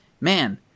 Man